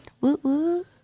Woo-woo